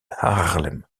haarlem